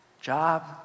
Job